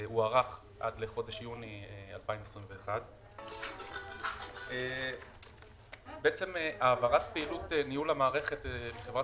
הוארך עד לחודש יוני 2021. העברת פעילות ניהול המערכת מחברת